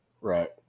Right